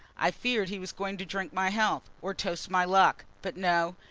i feared he was going to drink my health, or toast my luck but no,